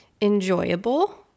enjoyable